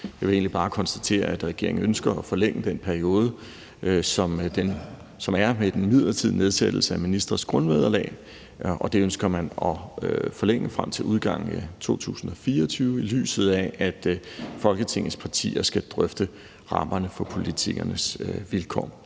Jeg vil egentlig bare konstatere, at regeringen ønsker at forlænge den periode, der er for den midlertidige nedsættelse af ministres grundvederlag, og den ønsker man at forlænge frem til udgangen af 2024, i lyset af at Folketingets partier skal drøfte rammerne for politikernes vilkår.